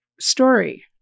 story